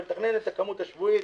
ולתכנן את הכמות השבועית